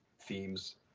themes